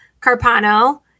Carpano